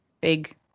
big